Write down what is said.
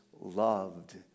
loved